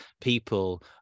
people